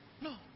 No